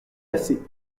cassé